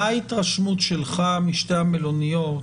מה ההתרשמות שלך משתי המלוניות,